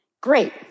great